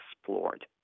explored